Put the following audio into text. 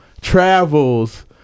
travels